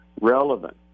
relevant